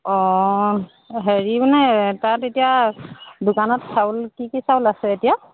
অঁ হেৰি মানে তাত এতিয়া দোকানত চাউল কি কি চাউল আছে এতিয়া